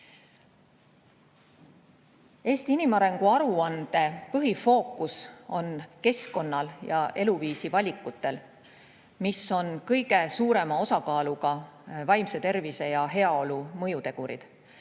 inimarengu aruande põhifookus on keskkonnal ja eluviisi valikutel, mis on kõige suurema osakaaluga vaimse tervise ja heaolu mõjutegurid.